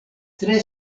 tre